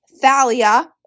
Thalia